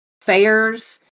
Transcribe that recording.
fairs